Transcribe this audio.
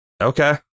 Okay